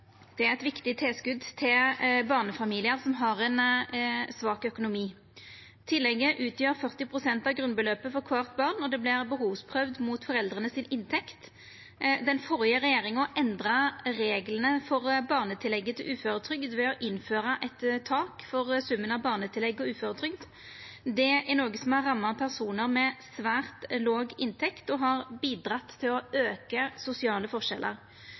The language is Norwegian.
er eit viktig tilskot til barnefamiliar som har ein svak økonomi. Tillegget utgjer 40 pst. av grunnbeløpet for kvart barn, og det vert behovsprøvt mot inntekta til foreldra. Den førre regjeringa endra reglane for barnetillegget til uføre ved å innføra eit tak for summen av barnetillegg og uføretrygd. Det er noko som har ramma personar med svært låg inntekt, og har bidratt til å auka sosiale forskjellar.